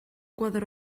koadro